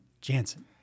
Jansen